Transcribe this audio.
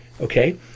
okay